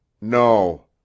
No